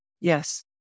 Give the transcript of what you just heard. Yes